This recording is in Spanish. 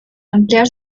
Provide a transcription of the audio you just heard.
ampliar